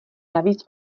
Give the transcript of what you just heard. navíc